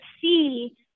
see